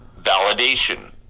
Validation